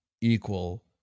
equal